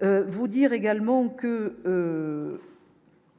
J'ai bien entendu